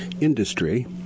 industry